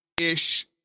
ish